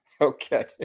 Okay